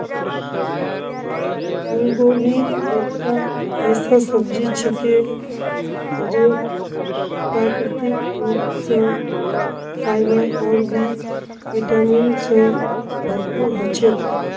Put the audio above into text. फूलगोभी एकता ऐसा सब्जी छिके जे प्राकृतिक रूप स फाइबर और बी विटामिन स भरपूर ह छेक